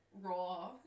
Raw